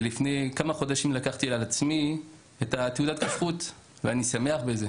לפני כמה חודשים לקחתי על עצמי תעודת כשרות ואני שמח בזה.